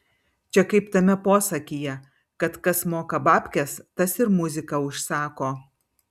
čia kaip tame posakyje kad kas moka babkes tas ir muziką užsako